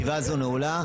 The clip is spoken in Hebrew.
ישיבה זאת נעולה.